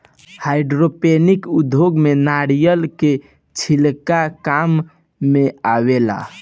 hydroponic उद्योग में नारिलय के छिलका काम मेआवेला